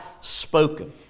spoken